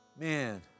man